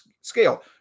scale